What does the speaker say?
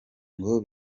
ngo